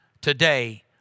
Today